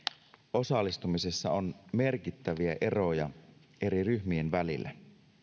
osallistumisessa on merkittäviä eroja eri ryhmien välillä